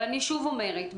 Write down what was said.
אבל אני שוב אומרת,